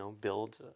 build